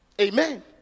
Amen